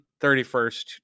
31st